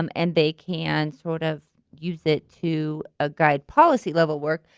um and they can sort of use it to ah guide policy-level work.